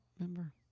Remember